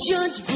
Judge